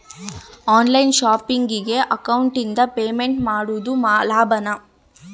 On line ಶಾಪಿಂಗಿಗೆ ಅಕೌಂಟಿಂದ payment ಮಾಡೋದು ಲಾಭಾನ?